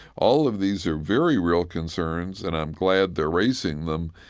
all of these are very real concerns, and i'm glad they're raising them.